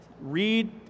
Read